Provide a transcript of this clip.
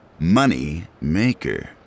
Moneymaker